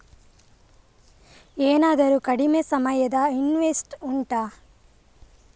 ಏನಾದರೂ ಕಡಿಮೆ ಸಮಯದ ಇನ್ವೆಸ್ಟ್ ಉಂಟಾ